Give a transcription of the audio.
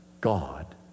God